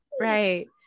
Right